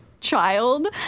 child